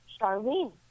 Charlene